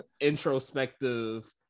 introspective